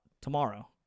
tomorrow